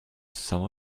some